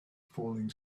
falling